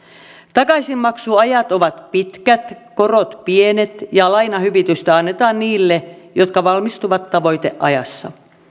takaisinmaksuajat ovat pitkät korot pienet ja lainahyvitystä annetaan niille jotka valmistuvat tavoiteajassa